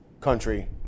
country